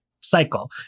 cycle